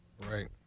Right